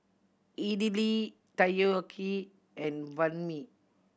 Idili Takoyaki and Banh Mi